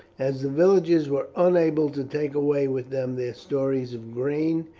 as the villagers were unable to take away with them their stores of grain,